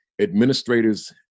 administrators